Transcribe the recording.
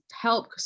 help